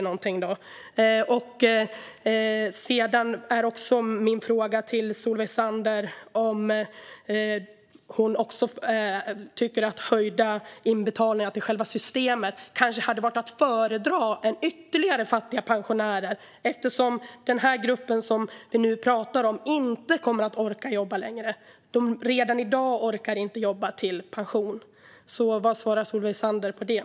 Jag vill också fråga Solveig Zander om hon tycker att höjda inbetalningar till själva systemet kanske hade varit att föredra framför ytterligare fattiga pensionärer eftersom den grupp som vi nu pratar om inte kommer att orka jobba längre. Det är redan i dag så att de inte orkar jobba fram till pension. Vad svarar Solveig Zander på det?